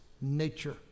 nature